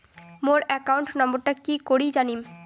মোর account নাম্বারটা কি করি জানিম?